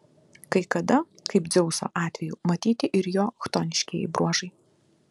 kai kada kaip dzeuso atveju matyti ir jo chtoniškieji bruožai